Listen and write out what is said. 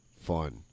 fun